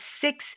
six